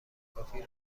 کافی